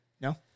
no